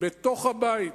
בתוך הבית,